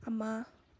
ꯑꯃ